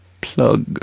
plug